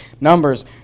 Numbers